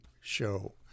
Show